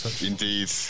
Indeed